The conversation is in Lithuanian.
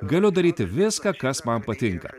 galiu daryti viską kas man patinka